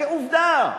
כעובדה.